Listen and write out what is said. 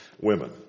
women